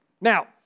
Now